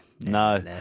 No